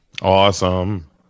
Awesome